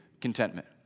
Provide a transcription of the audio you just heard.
contentment